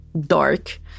dark